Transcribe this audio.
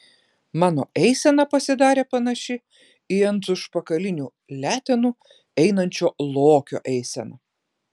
mano eisena pasidarė panaši į ant užpakalinių letenų einančio lokio eiseną